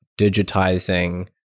digitizing